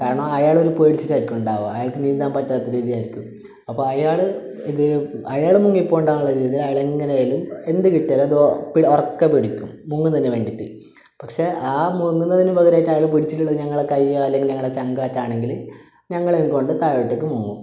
കാരണം അയാൾ ഒരു പേടിച്ചിട്ടായിരിക്കും ഉണ്ടാവുക അയാൾക്ക് നീന്താൻ പറ്റാത്ത രീതി ആയിരിക്കും അപ്പം അയാള് ഇത് അയാളൊന്നും നിപ്പോണ്ടാവില്ല അത് എങ്ങനായാലും എന്ത് കിട്ടിയാലും അതോ പിട് ഒറക്കെ പിടിക്കും മുങ്ങുന്നയിന് വേണ്ടിട്ട് പക്ഷേ ആ മുങ്ങുന്നതിന് പകരമായിട്ട് പിടിച്ചിട്ടുള്ള ഞങ്ങളെ കൈയാൽ ഞങ്ങടെ ചങ്കാറ്റാണെങ്കിൽ ഞങ്ങളേയും കൊണ്ട് താഴോട്ടേക്ക് മുങ്ങും